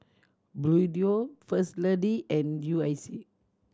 Bluedio First Lady and U I C